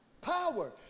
power